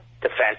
defense